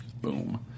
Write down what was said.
Boom